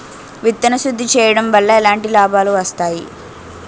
విత్తన శుద్ధి చేయడం వల్ల ఎలాంటి లాభాలు వస్తాయి?